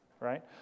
right